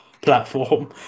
platform